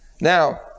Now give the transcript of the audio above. Now